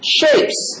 shapes